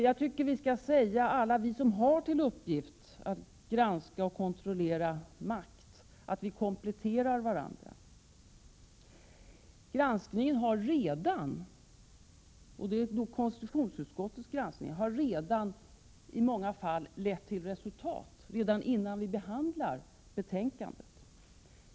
Jag tycker att alla vi som har till uppgift att granska och kontrollera makt kan säga att vi kompletterar varandra. Konstitutionsutskottets granskning har i många fall lett till resultat redan innan vi behandlar betänkandet.